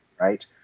right